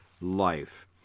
life